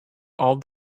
all